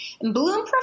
Bloom